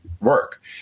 work